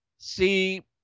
See